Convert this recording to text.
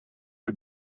had